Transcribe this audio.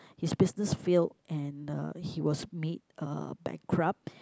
his business failed and uh he was made uh bankrupt